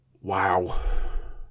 wow